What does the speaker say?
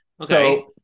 Okay